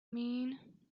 mean